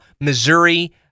missouri